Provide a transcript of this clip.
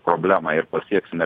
problemą ir pasieksime